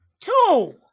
two